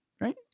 right